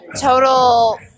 Total